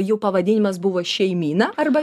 jų pavadinimas buvo šeimyna arba